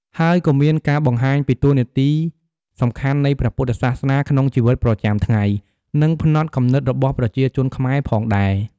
ហើយក៏មានការបង្ហាញពីតួនាទីសំខាន់នៃព្រះពុទ្ធសាសនាក្នុងជីវិតប្រចាំថ្ងៃ និងផ្នត់គំនិតរបស់ប្រជាជនខ្មែរផងដែរ ។